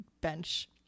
bench